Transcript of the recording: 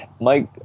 Mike